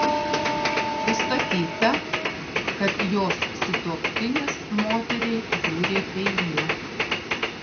nustatyta kad jos sutuoktinis moteriai dūrė peiliu